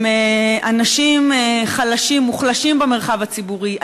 הם אנשים מוחלשים במרחב הציבורי.